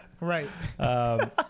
right